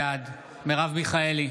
בעד מרב מיכאלי,